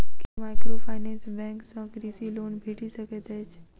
की microfinance bank सँ कृषि loan भेटि सकैत अछि?